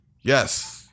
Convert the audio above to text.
Yes